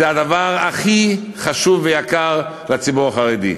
זה הדבר הכי חשוב ויקר לציבור החרדי.